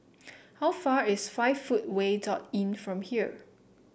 how far away is Five Footway Inn from here